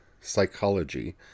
psychology